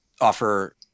offer